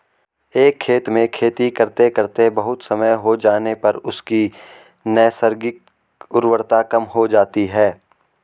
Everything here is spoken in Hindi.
एक खेत में खेती करते करते बहुत समय हो जाने पर उसकी नैसर्गिक उर्वरता कम हो जाती है